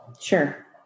Sure